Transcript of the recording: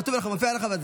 כתוב לך, מופיע לך.